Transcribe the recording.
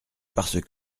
parce